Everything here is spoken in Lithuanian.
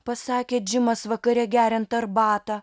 pasakė džimas vakare geriant arbatą